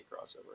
crossover